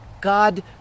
God